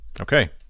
Okay